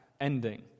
ending